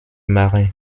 marin